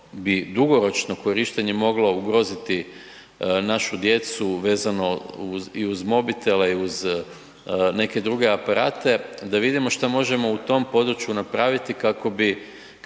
bi dugoročno korištenje moglo ugroziti našu djecu vezano i uz mobitele i uz neke druge aparate. Da vidimo što možemo u tom području napraviti kako bi